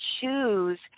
choose